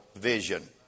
vision